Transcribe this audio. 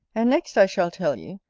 and, next, i shall tell you,